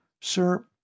Sir